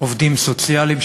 עובדים סוציאליים,